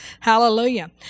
Hallelujah